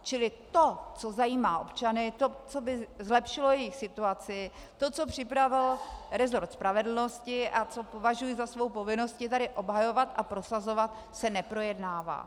Čili to, co zajímá občany, to, co by zlepšilo jejich situaci, to, co připravil rezort spravedlnosti a co považuji za svou povinnost tady obhajovat a prosazovat, se neprojednává.